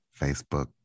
Facebook